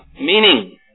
Meaning